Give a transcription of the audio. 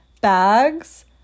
bags